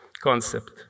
concept